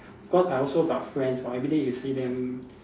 cause I also got friends !wah! everyday you see them